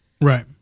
Right